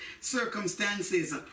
circumstances